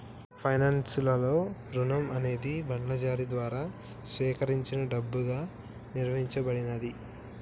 finance లలో రుణం అనేది బాండ్ల జారీ ద్వారా సేకరించిన డబ్బుగా నిర్వచించబడినాది